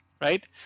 right